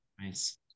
Nice